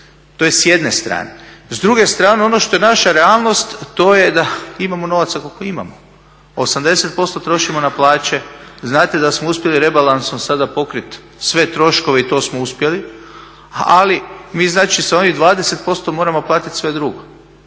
To je s jedne strane. S druge strane, ono što je naša realnost to je da imamo novaca koliko imamo. 80% trošimo na plaće. Znate da smo uspjeli rebalansom sada pokriti sve troškove i to smo uspjeli. Ali mi znači sa onih 20% moramo platiti sve drugo.